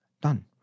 done